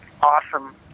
awesome